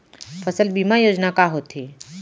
फसल बीमा योजना का होथे?